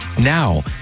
now